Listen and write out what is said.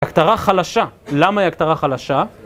הכתרה חלשה, למה היא הכתרה חלשה?